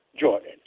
Jordan